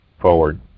Forward